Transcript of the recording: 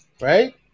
right